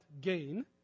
gain